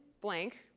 blank